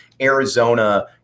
Arizona